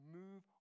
move